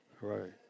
Right